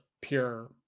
pure